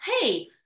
hey